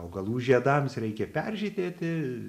augalų žiedams reikia peržydėti